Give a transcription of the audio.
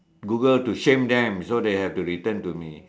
Google to shame them so they have to return to me